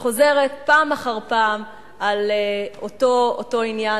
וחוזרת פעם אחר פעם על אותו עניין,